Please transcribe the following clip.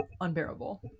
unbearable